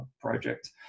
project